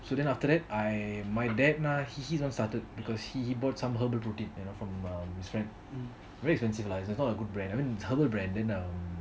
so then after that I my dad நான்:naan know he he also started because he bought some herbal protein you know from um his friend very expensive lah it's not a good brand I mean it's herbal brand then um